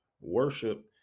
worship